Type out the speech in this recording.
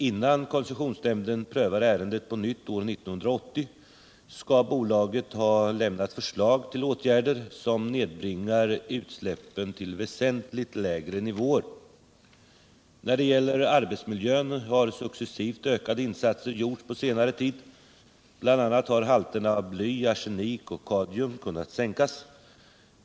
Innan koncessionsnämnden prövar ärendet på nytt år 1980 skall bolaget ha lämnat förslag till åtgärder som nedbringar utsläppen till väsentligt lägre nivåer. När det gäller arbetsmiljön har successivt ökade insatser gjorts på senare tid. Bl. a. har halterna av bly, arsenik och kadmium kunnat sänkas.